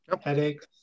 headaches